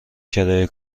کرایه